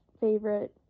favorite